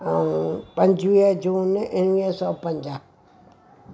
ऐं पंजवीह जून उणिवीह सौ पंजाहु